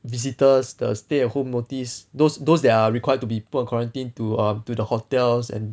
visitors the stay at home notice those those that are required to be put in quarantine to err to the hotels and